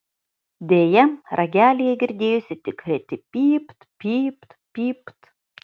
deja ragelyje girdėjosi tik reti pypt pypt pypt